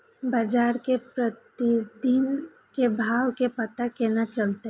बजार के प्रतिदिन के भाव के पता केना चलते?